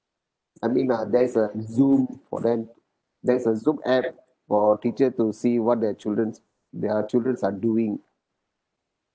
I mean now there is a zoom for them there is a zoom app for teacher to see what their childrens their childrens are doing